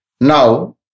Now